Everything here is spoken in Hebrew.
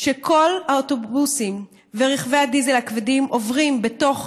שכל האוטובוסים ורכבי הדיזל הכבדים עוברים בתוך